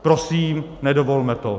Prosím, nedovolme to.